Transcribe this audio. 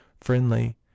FRIENDLY